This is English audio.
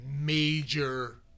major